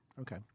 Okay